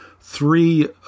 three